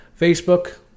Facebook